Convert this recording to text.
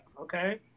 okay